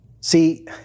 see